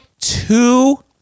two